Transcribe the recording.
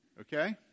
Okay